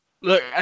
Look